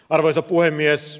arvoisa puhemies